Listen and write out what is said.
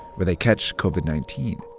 where they catch covid nineteen.